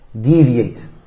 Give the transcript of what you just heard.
deviate